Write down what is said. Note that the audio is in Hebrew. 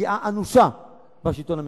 פגיעה אנושה בשלטון המקומי.